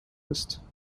ist